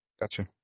gotcha